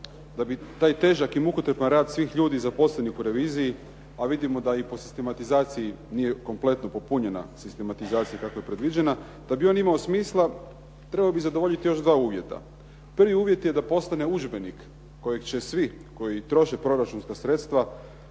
da bi taj težak i mukotrpan rad svih ljudi zaposlenih u reviziji, a vidimo da i po sistematizaciji nije kompletno popunjena sistematizacija kako je predviđena, da bi on imao smisla trebao bi zadovoljiti još dva uvjeta. Prvi uvjet je da postane udžbenik kojeg će svi koji troše proračunska sredstva